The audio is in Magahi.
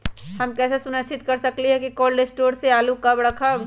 हम कैसे सुनिश्चित कर सकली ह कि कोल शटोर से आलू कब रखब?